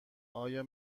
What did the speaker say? آیا